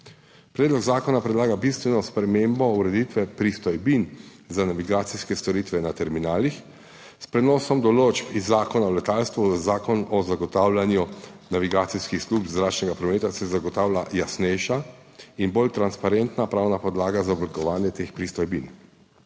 Predlog zakona predlaga bistveno spremembo ureditve pristojbin za navigacijske storitve na terminalih. S prenosom določb iz Zakona o letalstvu v Zakon o zagotavljanju navigacijskih služb zračnega prometa se zagotavlja jasnejša in bolj transparentna pravna podlaga za oblikovanje teh pristojbin.